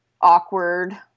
awkward